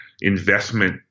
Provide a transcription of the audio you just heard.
investment